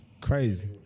Crazy